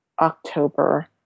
October